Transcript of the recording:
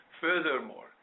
Furthermore